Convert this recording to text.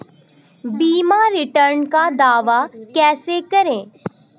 बीमा रिटर्न का दावा कैसे करें?